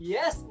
Yes